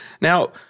Now